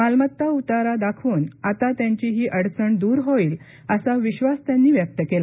मालमत्ता उतारा दाखवून आता त्यांची ही अडचण दूर होईल असा विश्वास त्यांनी व्यक्त केला